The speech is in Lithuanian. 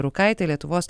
rūkaitė lietuvos